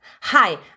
Hi